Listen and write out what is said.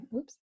Oops